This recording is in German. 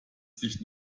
sich